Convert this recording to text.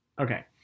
okay